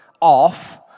off